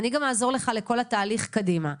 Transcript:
אני גם אעזור לך לכל התהליך קדימה.